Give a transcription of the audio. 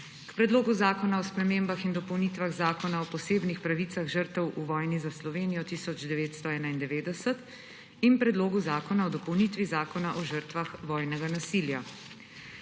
Predlog zakona o spremembah in dopolnitvah Zakona o posebnih pravicah žrtev v vojni za Slovenijo 1991 ter Predlog zakona o dopolnitvi Zakona o žrtvah vojnega nasilja,